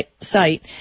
site